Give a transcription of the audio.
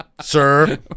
Sir